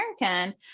American